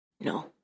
no